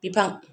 बिफां